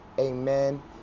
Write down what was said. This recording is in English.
amen